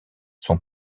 son